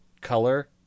color